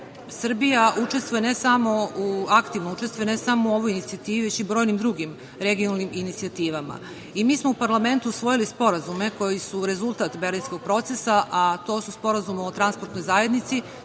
aktivno učestvuje, ne samo u ovoj inicijativi već i u brojnim drugim regionalnim inicijativama. Mi smo u parlamentu usvojili sporazume koji su rezultat Berlinskog procesa, a to su Sporazum o transportnoj zajednici